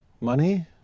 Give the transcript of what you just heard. Money